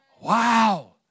Wow